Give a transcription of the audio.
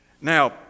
Now